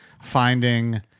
finding